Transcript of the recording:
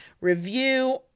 review